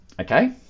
Okay